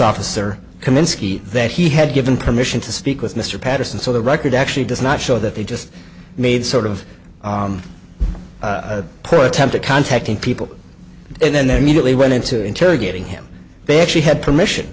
kaminski that he had given permission to speak with mr patterson so the record actually does not show that they just made sort of a pro tem to contacting people and then their media they went into interrogating him they actually had permission